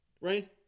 right